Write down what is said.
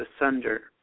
asunder